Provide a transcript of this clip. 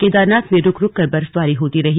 केदारनाथ में रुक रुक कर बर्फबारी होती रही